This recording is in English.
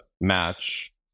match